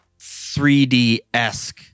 3D-esque